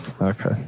Okay